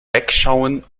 wegschauen